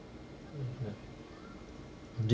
mm ya